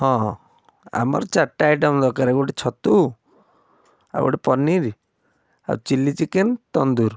ହଁ ହଁ ଆମର ଚାରଟା ଆଇଟମ୍ ଦରକାର ଗୋଟେ ଛତୁ ଆଉ ଗୋଟେ ପନିର୍ ଆଉ ଚିଲି ଚିକେନ୍ ତନ୍ଦୁର